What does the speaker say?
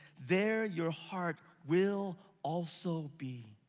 there your heart will also be.